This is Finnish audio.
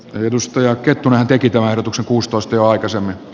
linnusto ja kettunen teki korotuksen puustosta jo aikaisemmin